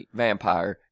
vampire